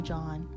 John